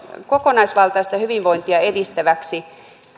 kokonaisvaltaista hyvinvointia edistäväksi